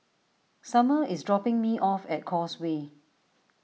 Sommer is dropping me off at Causeway